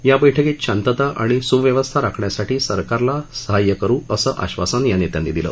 या बैठकीत शांतता आणि सुव्यस्था राखण्यासाठी सहकारला सहाय्य करु असं आश्वासन या धार्मिक नेत्यांनी दिलं